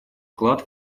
вклад